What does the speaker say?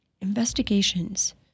Investigations